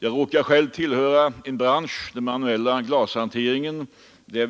Jag råkar själv tillhöra en bransch, den manuella glashanteringen, där